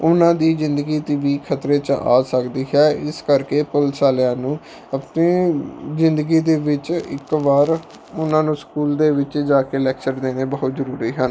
ਉਹਨਾਂ ਦੀ ਜ਼ਿੰਦਗੀ ਦੀ ਵੀ ਖਤਰੇ 'ਚ ਆ ਸਕਦੀ ਹੈ ਇਸ ਕਰਕੇ ਪੁਲਿਸ ਵਾਲਿਆਂ ਨੂੰ ਆਪਣੀ ਜ਼ਿੰਦਗੀ ਦੇ ਵਿੱਚ ਇੱਕ ਵਾਰ ਉਹਨਾਂ ਨੂੰ ਸਕੂਲ ਦੇ ਵਿੱਚ ਜਾ ਕੇ ਲੈਕਚਰ ਦੇਣੇ ਬਹੁਤ ਜ਼ਰੂਰੀ ਹਨ